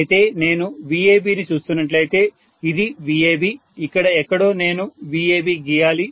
అయితే నేను VAB ని చూస్తున్నట్లయితే ఇది VAB ఇక్కడ ఎక్కడో నేను VAB గీయాలి